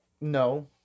no